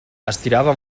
estirava